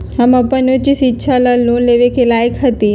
हम अपन उच्च शिक्षा ला लोन लेवे के लायक हती?